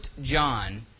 John